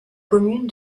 commune